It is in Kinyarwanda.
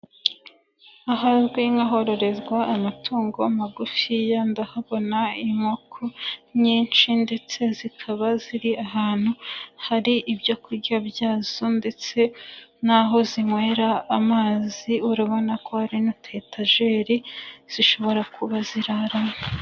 Ahazwi nk'ahororerwa amatungo magufiya ndahabona inkoko nyinshi ndetse zikaba ziri ahantu hari ibyo kurya byazo ndetse n'aho zinywera amazi urabona ko hari n'utuyetajeri zishobora kuba ziraramo.